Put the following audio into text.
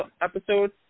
episode